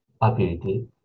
ability